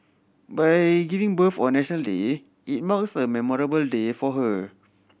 by giving birth on National Day it marks a memorable day for her